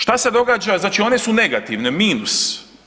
Što se događa, znači one su negativne, minus.